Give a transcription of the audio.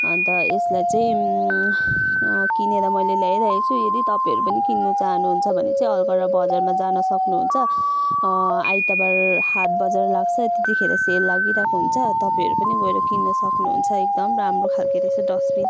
अन्त यसलाई चाहिँ किनेर मैले ल्याइरहेको छु यदि तपाईँहरू पनि किन्नु चाहनुहुन्छ भने चाहिँ अलगडा बजारमा जान सक्नुहुन्छ आइतबार हाट बजार लाग्छ त्यतिखेर सेल लागिरहेको हुन्छ तपाईँहरू पनि गएर किन्न सक्नुहुन्छ एकदम राम्रो खालको रहेछ डस्टबिन